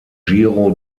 giro